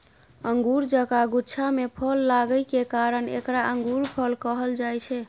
अंगूर जकां गुच्छा मे फल लागै के कारण एकरा अंगूरफल कहल जाइ छै